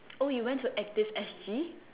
oh you went to active S_G